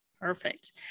Perfect